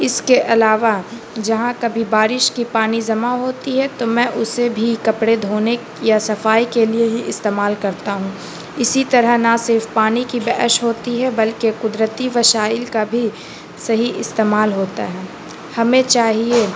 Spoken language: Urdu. اس کے علاوہ جہاں کبھی بارش کی پانی جمع ہوتی ہے تو میں اسے بھی کپڑے دھونے یا صفائی کے لیے ہی استعمال کرتا ہوں اسی طرح نہ صرف پانی کی بحشت ہوتی ہے بلکہ قدرتی وسائل کا بھی صحیح استعمال ہوتا ہے ہمیں چاہیے